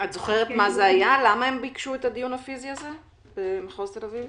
את זוכרת למה הם ביקשו את הדיון הפיזי הזה במחוז תל אביב?